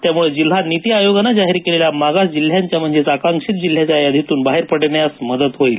त्यामुळे जिल्हा निती आयोगानं जाहीर केलेल्या मागास जिल्ह्यांच्या म्हणजेच आकांक्षित जिल्ह्याच्या यादीतून बाहेर पडण्यास मदत होईल